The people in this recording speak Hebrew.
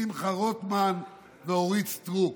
שמחה רוטמן ואורית סטרוק?